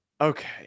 Okay